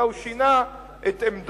אלא הוא שינה את עמדותיו